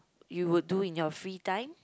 you would do in your free time